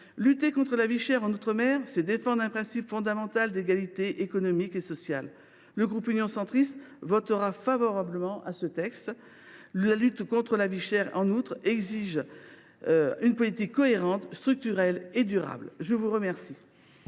Lutter contre la vie chère en outre mer, c’est défendre un principe fondamental d’égalité économique et sociale. Le groupe Union Centriste votera ce texte. La lutte contre la vie chère en outre mer exige une politique cohérente, structurelle et durable. La parole